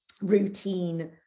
routine